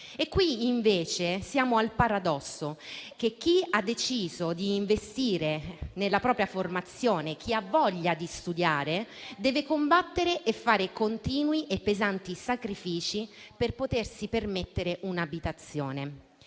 e qui invece siamo al paradosso che chi ha deciso di investire nella propria formazione, chi ha voglia di studiare deve combattere e fare continui e pesanti sacrifici per potersi permettere un'abitazione.